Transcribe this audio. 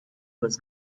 was